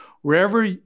wherever